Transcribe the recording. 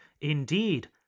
Indeed